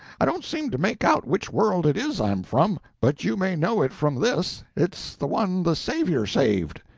i don't seem to make out which world it is i'm from. but you may know it from this it's the one the saviour saved.